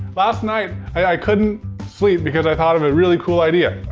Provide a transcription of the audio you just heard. last night, i couldn't sleep because i thought of a really cool idea.